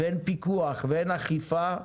אין פיקוח ואין אכיפה,